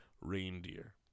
reindeer